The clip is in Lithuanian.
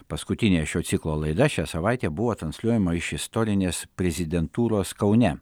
paskutinė šio ciklo laida šią savaitę buvo transliuojama iš istorinės prezidentūros kaune